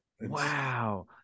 wow